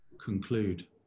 conclude